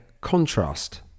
contrast